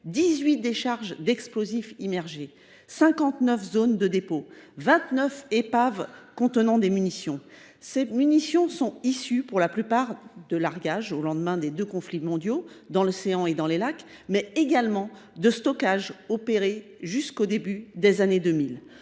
18 décharges d’explosifs immergées, 59 zones de dépôt et 29 épaves contenant des munitions. Ces dernières sont issues, pour la plupart, de largages opérés au lendemain des deux conflits mondiaux dans l’océan et dans des lacs. S’y ajoutent des stockages opérés jusqu’au début des années 2000.